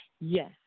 Yes